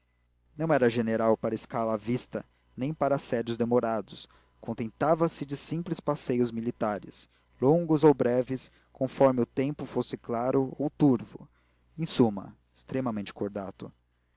não era general para escala à vista nem para assédios demorados contentava-se de simples passeios militares longos ou breves conforme o tempo fosse claro ou turvo em suma extremamente cordato